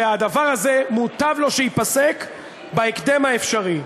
הדבר הזה, מוטב לו שייפסק בהקדם אפשרי.